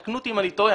תקנו אותי אם אני טועה.